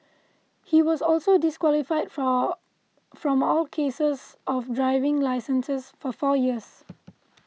he was also disqualified for from all cases of driving licenses for four years